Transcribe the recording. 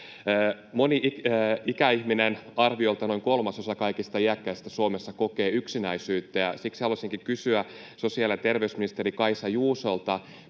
Moni ikäihminen, arviolta noin kolmasosa kaikista iäkkäistä Suomessa, kokee yksinäisyyttä. Siksi haluaisinkin kysyä sosiaali- ja terveysministeri Kaisa Juusolta,